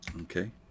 Okay